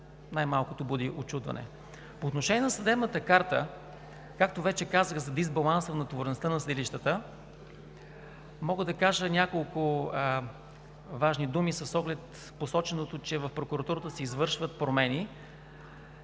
най-малкото буди учудване. По отношение на съдебната карта. Както вече казах за дисбаланса на натовареността на съдилищата, мога да кажа няколко важни думи с оглед посоченото, че в Прокуратурата се извършват промени.